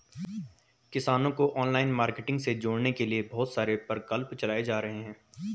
किसानों को online marketing से जोड़ने के लिए बहुत से प्रकल्प चलाए जा रहे हैं